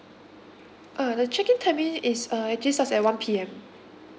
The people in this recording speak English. ah the check in timing is uh actually starts at one P_M